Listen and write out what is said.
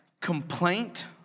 complaint